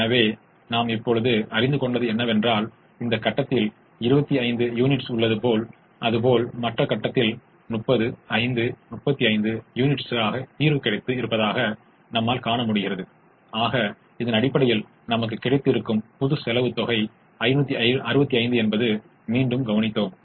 ஆகையால் இரட்டைக்கான ஒவ்வொரு சாத்தியமான தீர்வும் முதன்மையான ஒவ்வொரு சாத்தியமான தீர்வையும் விட அதிகமாகவோ அல்லது சமமாகவோ ஒரு புறநிலை செயல்பாட்டு மதிப்பைக் கொண்டிருக்கும் என்பதை நாம் உணருவோம்